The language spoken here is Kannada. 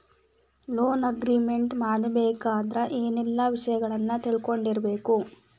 ಲೊನ್ ಅಗ್ರಿಮೆಂಟ್ ಮಾಡ್ಬೆಕಾದ್ರ ಏನೆಲ್ಲಾ ವಿಷಯಗಳನ್ನ ತಿಳ್ಕೊಂಡಿರ್ಬೆಕು?